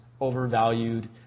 overvalued